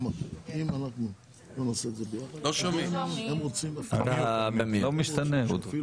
של המימון וגם כמובן לדבריה של שגית היועצת המשפטית